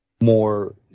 more